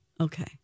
Okay